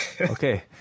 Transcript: Okay